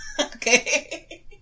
Okay